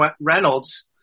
Reynolds